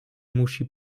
musi